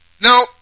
Now